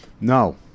No